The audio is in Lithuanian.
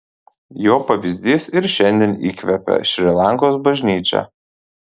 jo pavyzdys ir šiandien įkvepia šri lankos bažnyčią